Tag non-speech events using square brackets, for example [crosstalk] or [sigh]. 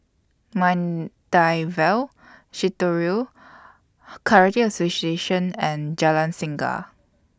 Maida Vale Shitoryu [noise] Karate Association and Jalan Singa